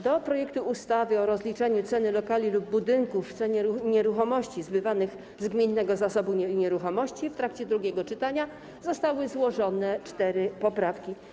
Do projektu ustawy o rozliczeniu ceny lokalu lub budynków w cenie nieruchomości zbywanych z gminnego zasobu nieruchomości w trakcie drugiego czytania zostały złożone cztery poprawki.